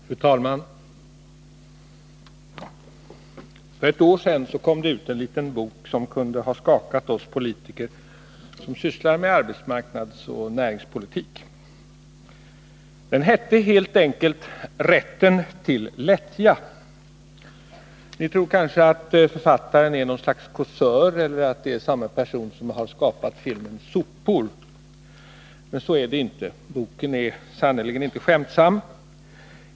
Fru talman! För ett år sedan kom det ut en liten bok som kunde ha skakat oss politiker som sysslar med arbetsmarknadsoch näringspolitik. Den hette helt enkelt Rätten till lättja. Ni tror kanske att författaren är någon Ö eller att det är samma person som har skapat filmen Sopor. Men så är det inte. Boken är sannerligen inte skämtsam.